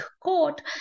court